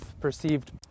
perceived